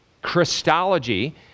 christology